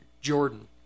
Jordan